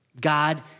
God